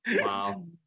Wow